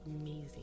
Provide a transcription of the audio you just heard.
amazing